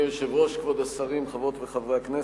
אדוני היושב-ראש, כבוד השרים, חברות וחברי הכנסת,